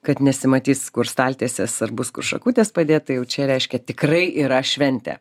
kad nesimatys kur staltiesės ar bus kur šakutės padėt tai jau čia reiškia tikrai yra šventė